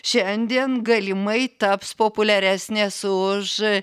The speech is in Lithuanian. šiandien galimai taps populiaresnės už